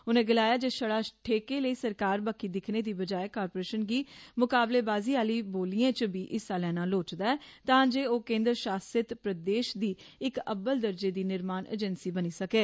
उनें गलाया जे छड़ा ठेकें लेई सरकार बक्खी दिक्खने दी बजाए कारपोरशन गी मुकाबलेवाज़ी आहली बोलियें च बी हिस्सा लैना लोड़चदा तां जे ओह केन्द्र शासत प्रदेश दी इक अब्बल दर्जे दी निर्माण एजेंसी बनी सकै